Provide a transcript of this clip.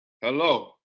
Hello